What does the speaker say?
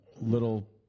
little